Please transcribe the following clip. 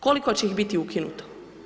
Koliko će ih biti ukinuto?